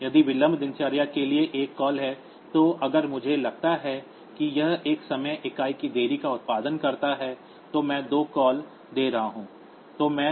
यदि विलंब दिनचर्या के लिए एक कॉल है तो अगर मुझे लगता है कि यह एक समय इकाई की देरी का उत्पादन करता है तो मैं दो कॉल दे रहा हूं